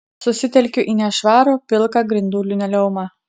susitelkiu į nešvarų pilką grindų linoleumą